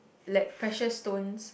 like precious stones